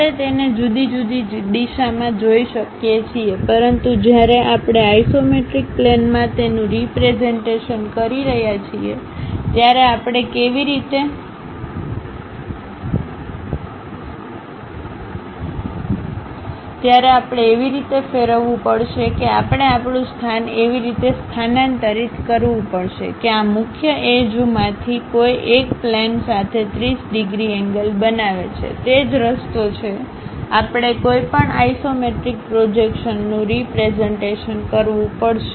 આપણે તેને જુદી જુદી દિશામાં જોઈ શકીએ છીએ પરંતુ જ્યારે આપણે આઇસોમેટ્રિક પ્લેનમાં તેનું રીપ્રેઝન્ટેશન કરી રહ્યા છીએ ત્યારે આપણે એવી રીતે ફેરવવું પડશે કે આપણે આપણું સ્થાન એવી રીતે સ્થાનાંતરિત કરવું પડશે કે આ મુખ્ય એજઓમાંથી કોઈ એક પ્લેન સાથે 30 ડિગ્રી એંગલ બનાવે છે તે જ રસ્તો છે આપણે કોઈપણ આઇસોમેટ્રિક પ્રોજેક્શન નું રીપ્રેઝન્ટેશન કરવું પડશે